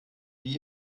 wie